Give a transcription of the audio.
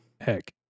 heck